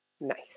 Nice